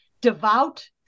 devout